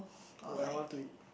would I want to eat